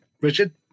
Richard